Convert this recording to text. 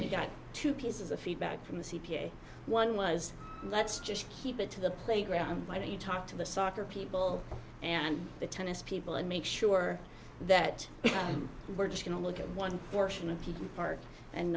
he got two pieces of feedback from the c p a one was let's just keep it to the playground why don't you talk to the soccer people and the tennis people and make sure that we're taking a look at one portion of people park and